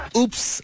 Oops